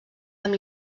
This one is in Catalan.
amb